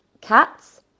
cats